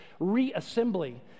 reassembly